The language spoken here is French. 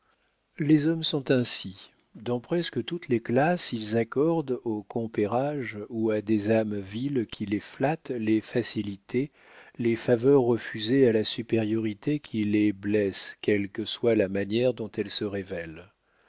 les hommes sont ainsi dans presque toutes les classes ils accordent au compérage ou à des âmes viles qui les flattent les facilités les faveurs refusées à la supériorité qui les blesse quelle que soit la manière dont elle se révèle